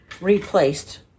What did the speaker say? replaced